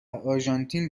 آرژانتین